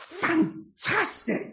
Fantastic